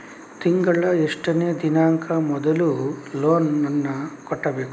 ತಿಂಗಳ ಎಷ್ಟನೇ ದಿನಾಂಕ ಮೊದಲು ಲೋನ್ ನನ್ನ ಕಟ್ಟಬೇಕು?